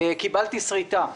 קיבלתי שריטה,